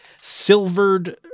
silvered